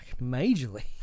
majorly